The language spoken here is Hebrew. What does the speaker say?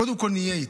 קודם כול נהיה איתם,